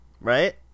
right